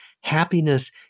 happiness